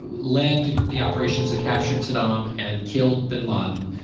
led the the operations that captured saddam and killed bin laden.